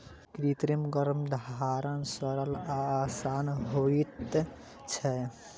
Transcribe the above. कृत्रिम गर्भाधान सरल आ आसान होइत छै